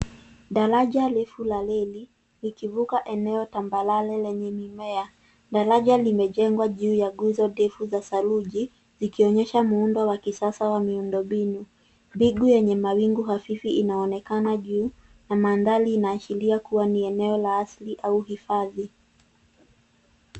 Daraja refu la reli likivuka eneo tambarare lenye mimea. Daraja limejengwa juu ya nguzo ndefu za saruji zikionyesha muundo wa kisasa wa miundombinu. Mbingu yenye mawingu hafifu inaonekana juu na mandhari inaashiria kuwa ni eneo la asili au hifadhi.